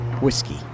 Whiskey